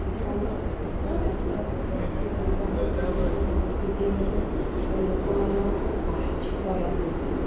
ଆପଣ ଯଥା ଶୀଘ୍ର ଏହି ବିବାଦଗୁଡ଼ିକୁ ରୋକି ଦିଅନ୍ତୁ ଓ ଲୋକମାନଙ୍କୁ ସାହାଯ୍ୟ କରନ୍ତୁ